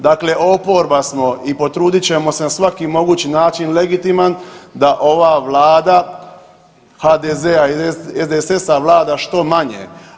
Dakle, oporba smo i potrudit ćemo se na svaki mogući način legitiman da ova vlada HDZ-a i SDSS-a vlada što manje.